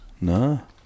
No